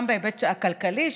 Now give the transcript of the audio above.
גם בהיבט הכלכלי,